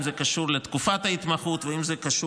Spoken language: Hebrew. אם זה קשור לתקופת ההתמחות או אם זה קשור